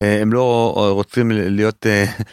הם לא רוצים להיות.